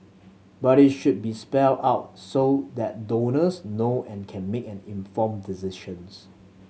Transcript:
but it should be spelled out so that donors know and can make an informed decisions